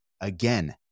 again